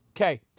Okay